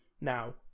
now